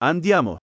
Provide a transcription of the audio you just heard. Andiamo